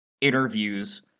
interviews